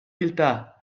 gueltas